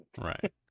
right